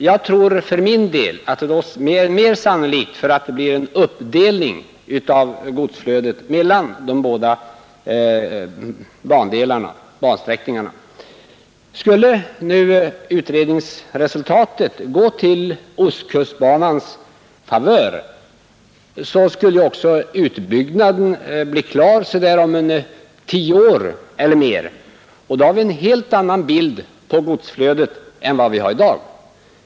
Jag tror för min del att det är mer sannolikt att det blir en uppdelning av godsflödet mellan de båda bansträckningarna. Skulle nu utredningsresultatet bli till ostkustbanans favör skulle utbyggnaden ske om tio år eller mer, och då har vi en helt annan storlek på godsflödet än vi har i dag.